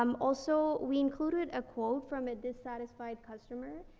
um, also, we included a quote from a dissatisfied customer,